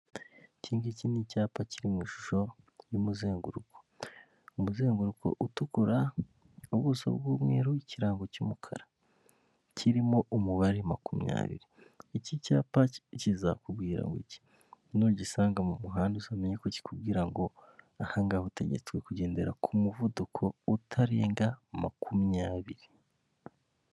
Iki ngiki icyapa kiri mu ishusho y'umuzenguruko, umuzenguruko utukura, ubuso bw'umweru, ikirango cy'umukara, kirimo umubare makumyabiri, iki cyapa kizakubwira ngo iki? nugisanga mu muhanda uzamenya ko kikubwira ngo ahangaha utegetswe kugendera ku muvuduko utarenga makumyabiri.